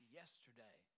yesterday